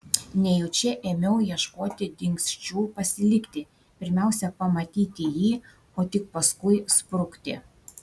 nejučia ėmiau ieškoti dingsčių pasilikti pirmiausia pamatyti jį o tik paskui sprukti